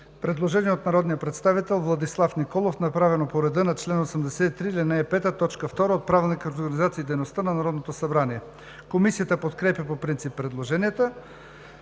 Предложение от народния представител Владислав Николов, направено по реда на чл. 83, ал. 5, т. 2 от Правилника за организацията и дейността на Народното събрание. Комисията подкрепя по принцип предложението.